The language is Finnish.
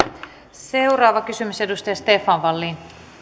seuraava kysymys stefan wallin